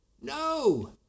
No